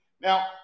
Now